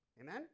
Amen